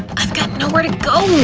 i've got nowhere to go!